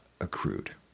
accrued